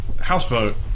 Houseboat